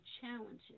challenges